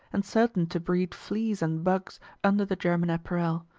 and certain to breed fleas and bugs under the german apparel.